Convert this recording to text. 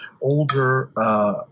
older